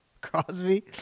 Crosby